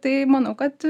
tai manau kad